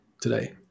today